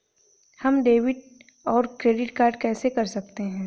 हम डेबिटऔर क्रेडिट कैसे कर सकते हैं?